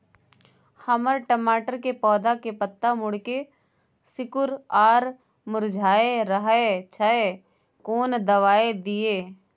हमर टमाटर के पौधा के पत्ता मुड़के सिकुर आर मुरझाय रहै छै, कोन दबाय दिये?